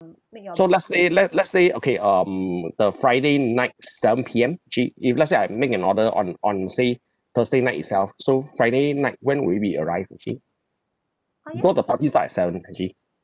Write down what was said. so let's say let let's say okay um uh the friday night seven P_M actually if let's say I make an order on on say thursday night itself so friday night when will it be arrive actually because the party start at seven actually